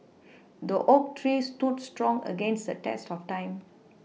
the oak tree stood strong against the test of time